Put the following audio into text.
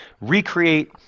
recreate